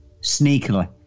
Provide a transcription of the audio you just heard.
sneakily